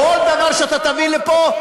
כל דבר שאתה תביא לפה,